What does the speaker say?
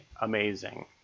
amazing